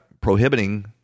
prohibiting